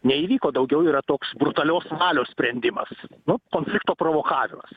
neįvyko daugiau yra toks brutalios valios sprendimas nu konflikto provokavimas